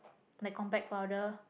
like compact powder